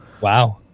wow